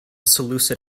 seleucid